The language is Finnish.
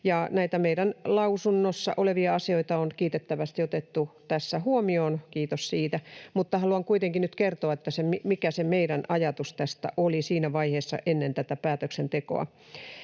näitä meidän lausunnossa olevia asioita on kiitettävästi otettu tässä huomioon — kiitos siitä. Haluan kuitenkin nyt kertoa, mikä meidän ajatus tästä oli siinä vaiheessa ennen tätä päätöksentekoa.